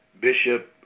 Bishop